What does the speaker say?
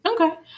Okay